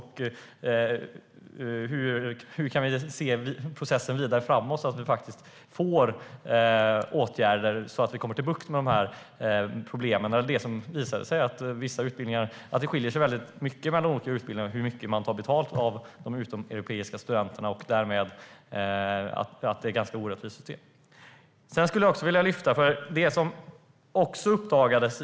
Hur går processen vidare framåt så att vi genom åtgärder får bukt med problemet att det skiljer sig mycket mellan olika utbildningar hur mycket man tar betalt av de utomeuropeiska studenterna och att det därigenom är ett ganska orättvist system?